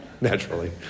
naturally